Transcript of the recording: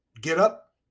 getup